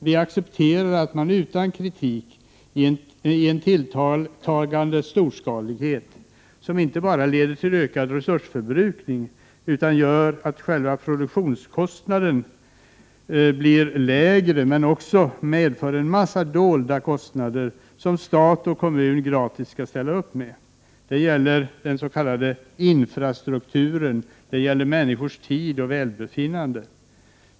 Man accepterar utan kritik en tilltagande storskalighet som inte bara leder till en ökad resursförbrukning, utan också gör att själva produktionskostnaden blir lägre. Detta medför en rad dolda kostnader som stat och kommun skall ställa upp och betala. Det gäller den s.k. infrastrukturen och människors tid och välbefinnande.